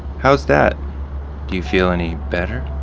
how's that? do you feel any better?